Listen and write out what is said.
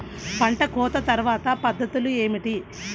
పంట కోత తర్వాత పద్ధతులు ఏమిటి?